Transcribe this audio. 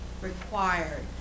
required